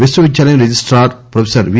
విశ్వవిద్యాలయం registrar professor వి